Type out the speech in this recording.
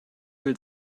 will